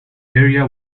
area